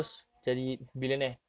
uh